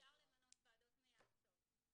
אפשר למנות ועדות מייעצות.